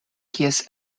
kies